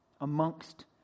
amongst